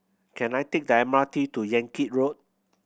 can I take the M R T to Yan Kit Road